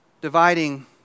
dividing